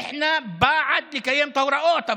אנחנו בעד לקיים את ההוראות,